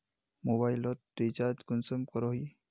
Mobile लोत recharge कुंसम करोही?